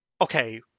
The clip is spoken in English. okay